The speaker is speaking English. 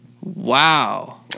Wow